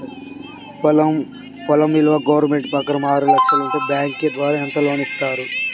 పొలం విలువ గవర్నమెంట్ ప్రకారం ఆరు లక్షలు ఉంటే బ్యాంకు ద్వారా ఎంత లోన్ ఇస్తారు?